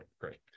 great